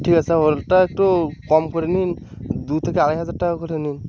ঠিক আছে আমারটা একটু কম করে নিন দু থেকে আড়াই হাজার টাকা করে নিন